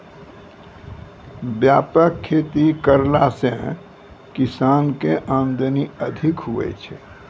व्यापक खेती करला से किसान के आमदनी अधिक हुवै छै